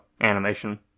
animation